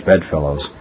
bedfellows